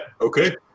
Okay